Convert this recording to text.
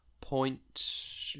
point